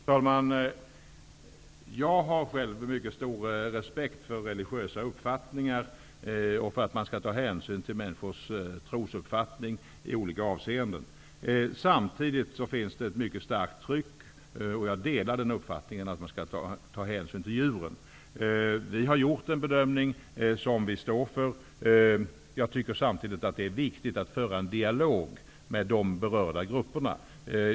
Herr talman! Jag har själv mycket stor respekt för religiösa uppfattningar, och jag anser att man skall ta hänsyn till människors trosuppfattning i olika avseenden. Det finns samtidigt en mycket stark opinion för att man skall ta hänsyn till djuren, och jag delar den uppfattningen. Vi har gjort en bedömning som vi står för. Jag tycker samtidigt att det är viktigt att föra en dialog med de berörda grupperna.